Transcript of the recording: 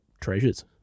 treasures